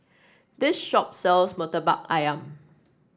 this shop sells Murtabak ayam